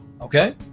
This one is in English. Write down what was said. Okay